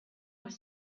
was